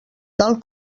tal